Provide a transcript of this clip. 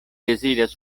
deziras